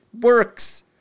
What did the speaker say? works